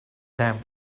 them